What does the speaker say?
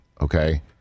okay